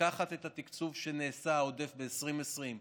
לקחת את התקצוב שנעשה עודף ב-2020,